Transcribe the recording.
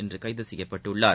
இன்றுகைதுசெய்யப்பட்டுள்ளார்